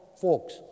folks